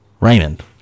raymond